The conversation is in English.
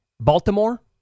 Baltimore